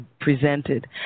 presented